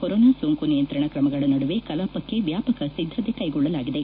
corona ಸೋಂಕು ನಿಯಂತ್ರಣ ಕ್ರಮಗಳ ನಡುವೆ ಕಲಾಪಕ್ಕೆ ವ್ಯಾಪಕ ಸಿದ್ದತೆ ಕೈಗೊಳ್ಳಲಾಗಿದೆ